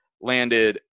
landed